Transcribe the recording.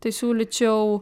tai siūlyčiau